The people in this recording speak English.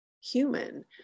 human